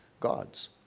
gods